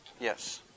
Yes